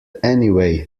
anyway